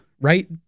right